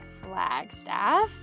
Flagstaff